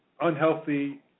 unhealthy